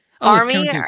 Army